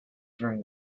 during